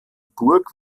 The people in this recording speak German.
burg